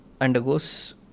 undergoes